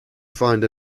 find